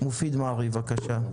מופיד מרעי, בבקשה.